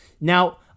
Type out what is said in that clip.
Now